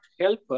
help